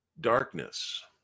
darkness